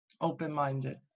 open-minded